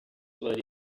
blurred